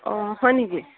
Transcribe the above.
অঁ হয় নেকি